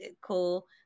cool